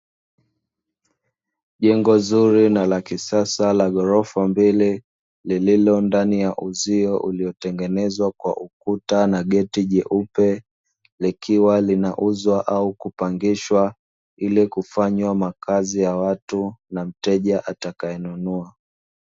Jengo zuri na la kisasa la ghorofa mbili lililo ndani ya uzio uliotengenezwa kwa ukuta na geti jeupe, likiwa linauzwa au kupangishwa ili kufanywa makazi ya watu na mteja anatakae nunua.